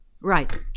Right